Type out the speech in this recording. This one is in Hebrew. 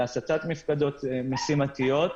להסטת מפקדות משימתיות.